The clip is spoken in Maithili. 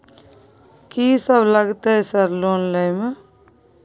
कि सब लगतै सर लोन लय में?